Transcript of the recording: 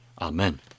Amen